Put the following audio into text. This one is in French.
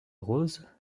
roses